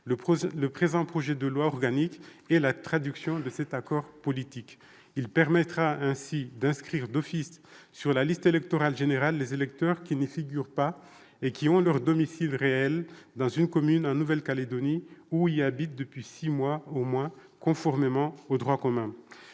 Le présent projet de loi organique est la traduction de cet accord politique. Il permettra d'inscrire d'office sur la liste électorale générale les électeurs qui n'y figurent pas et qui ont leur domicile réel dans une commune située en Nouvelle-Calédonie ou y habitent depuis six mois au moins, conformément au droit commun.